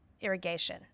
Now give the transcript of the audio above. irrigation